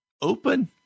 open